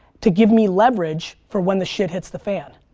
to give me leverage for when the shit hits the fan.